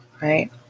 right